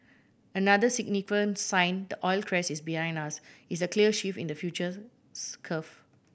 another significant sign the oil crash is behind us is the clear shift in the futures curve